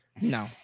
no